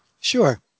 Sure